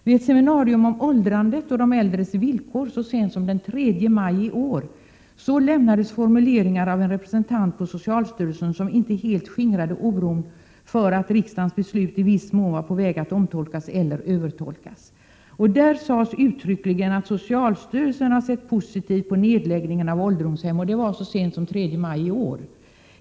Vid ett seminarium om åldrande och de äldres villkor så sent som den 3 maj i år gjordes formuleringar av en representant för socialstyrelsen som inte helt skingrade oron för att riksdagens beslut i viss mån var på väg att omtolkas eller övertolkas. Där sades uttryckligen att socialstyrelsen har sett positivt på nedläggningen av ålderdomshem.